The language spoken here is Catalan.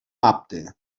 apte